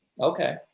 Okay